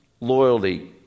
loyalty